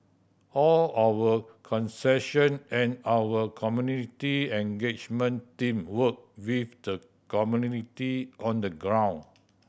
all our concession and our community engagement team work with the community on the ground